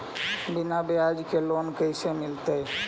बिना ब्याज के लोन कैसे मिलतै?